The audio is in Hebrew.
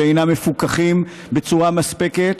שאינם מפוקחים בצורה מספקת,